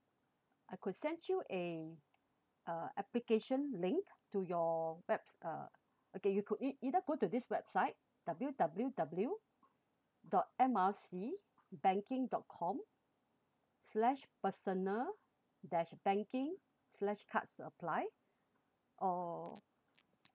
I could send you a uh application link to your web~ uh okay you could ei~ either go to this website W_W_W dot M R C banking dot com slash personal dash banking slash cards to apply or